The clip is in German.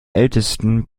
ältesten